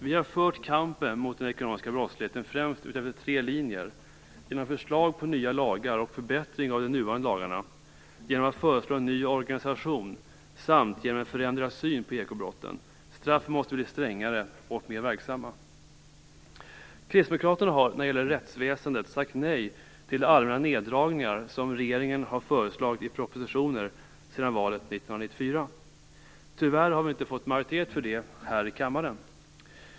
Vi har fört kampen mot den ekonomiska brottsligheten främst utefter tre linjer: genom förslag på nya lagar och förbättring av de nuvarande lagarna, genom att föreslå en ny organisation samt genom en förändrad syn på ekobrotten. Straffen måste bli strängare och mer verksamma. Kristdemokraterna har när det gäller rättsväsendet sagt nej till de allmänna neddragningar som regeringen har föreslagit i propositioner sedan valet 1994. Tyvärr har vi inte fått majoritet för det här i kammaren.